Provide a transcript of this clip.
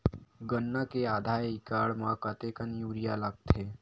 गन्ना के आधा एकड़ म कतेकन यूरिया लगथे?